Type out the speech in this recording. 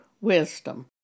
wisdom